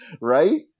Right